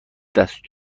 دست